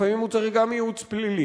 לפעמים הוא צריך גם ייעוץ פלילי,